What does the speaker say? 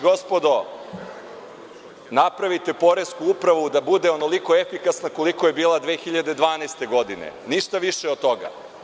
Gospodo, napravite poresku upravu da bude onoliko efikasna, koliko je bila 2012. godine, ništa više od toga.